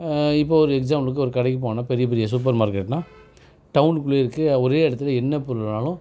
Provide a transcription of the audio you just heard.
இப்போ ஒரு எக்ஸாம்பிளுக்கு ஒரு கடைக்கு போனால் பெரிய பெரிய சூப்பர் மார்க்கெட்னால் டவுன்குள்ளே இருக்குது ஒரே இடத்துல என்ன பொருள் வேண்ணாலும்